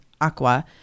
Aqua